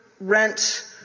rent